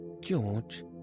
George